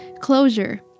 closure